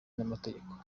n’amategeko